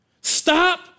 Stop